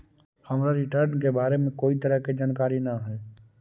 हमरा रिटर्न के बारे में कोई तरह के जानकारी न हे